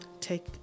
take